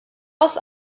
aus